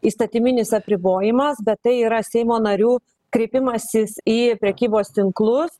įstatyminis apribojimas bet tai yra seimo narių kreipimasis į prekybos tinklus